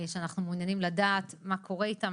שאנחנו מעוניינים לדעת מה קורה איתם.